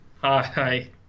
Hi